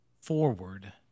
forward